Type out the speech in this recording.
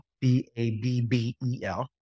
B-A-B-B-E-L